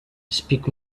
speak